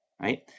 Right